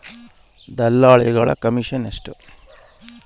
ದಲ್ಲಾಳಿಗಳ ಕಮಿಷನ್ ಎಷ್ಟು?